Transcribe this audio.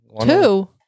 Two